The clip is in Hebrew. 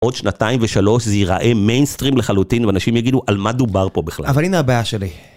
עוד שנתיים ושלוש זה ייראה מיינסטרים לחלוטין ואנשים יגידו על מה דובר פה בכלל. אבל הנה הבעיה שלי.